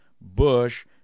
bush